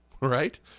right